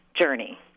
journey